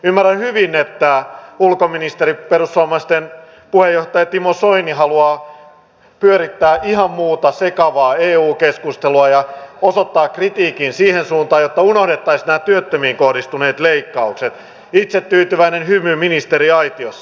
ymmärrän hyvin että ulkoministeri perussuomalaisten puheenjohtaja timo soini haluaa pyörittää ihan muuta sekavaa eu keskustelua ja osoittaa kritiikin siihen suuntaan jotta unohdettaisiin nämä työttömiin kohdistuneet leikkaukset itsetyytyväinen hymy ministeriaitiossa